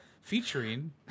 featuring